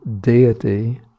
deity